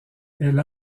elle